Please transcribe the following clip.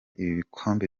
ibikombe